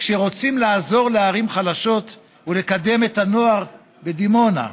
כשרוצים לעזור לערים חלשות ולקדם את הנוער בדימונה,